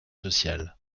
sociales